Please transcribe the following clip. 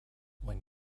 when